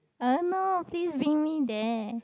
I don't know please bring me there